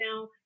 now